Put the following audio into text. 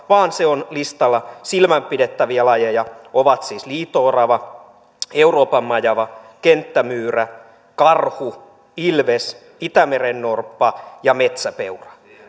vaan se on listalla silmällä pidettäviä lajeja jolla ovat siis liito orava euroopanmajava kenttämyyrä karhu ilves itämerennorppa ja metsäpeura